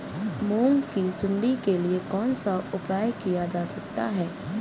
मूंग की सुंडी के लिए कौन सा उपाय किया जा सकता है?